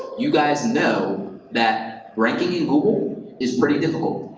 you guys know that ranking in google is pretty difficult.